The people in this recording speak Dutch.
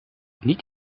niet